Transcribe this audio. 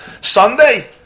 Sunday